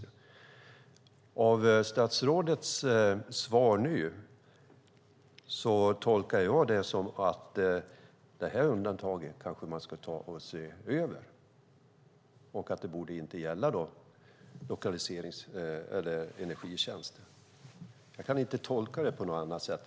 Jag tolkar statsrådets svar nu som att man kanske ska ta och se över detta undantag och att det inte borde gälla energitjänster. Jag kan inte tolka det på något annat sätt.